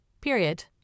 period